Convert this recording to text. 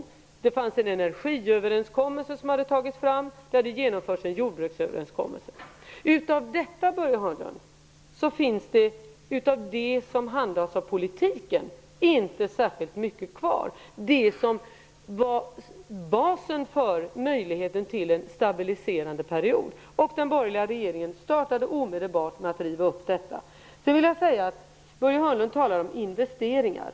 Det hade tagits fram en energiöverenskommelse, och det hade genomförts en jordbruksöverenskommelse. Av det som handhas i politiken finns det inte särskilt mycket kvar, Börje Hörnlund. Den borgerliga regeringen startade omedelbart med att riva upp det som var basen för möjligheten till en stabiliserande period. Börje Hörnlund talar om investeringar.